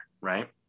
right